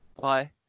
bye